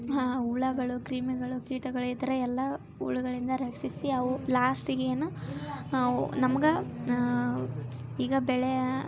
ಆ ಹುಳಗಳು ಕ್ರಿಮಿಗಳು ಕೀಟಗಳು ಈ ಥರ ಎಲ್ಲ ಹುಳುಗಳಿಂದ ರಕ್ಷಿಸಿ ಅವು ಲಾಸ್ಟಿಗೇನು ಅವು ನಮ್ಗೆ ಈಗ ಬೆಳೆ